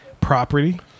property